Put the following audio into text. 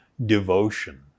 Devotion